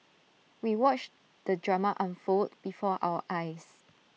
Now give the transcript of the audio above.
we watched the drama unfold before our eyes